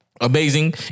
amazing